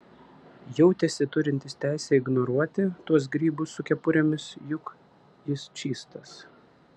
jautėsi turintis teisę ignoruoti tuos grybus su kepurėmis juk jis čystas